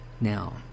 Now